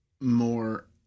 more